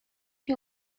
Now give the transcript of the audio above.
you